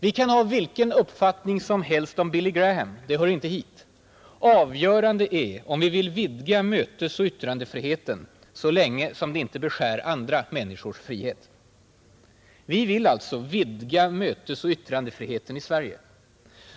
Vi kan ha vilken uppfattning som helst om Billy Graham; det hör inte hit. Avgörande är om vi vill vidga mötesoch yttrandefriheten så länge som det inte beskär andra människors frihet. Folkpartiet vill alltså vidga mötesoch yttrandefriheeten i Sverige.